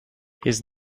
his